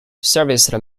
serviced